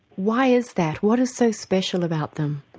why is that? what is so special about them?